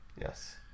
Yes